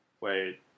Wait